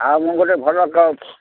ଆଉ ମୁଁ ଗୋଟେ ଭଲ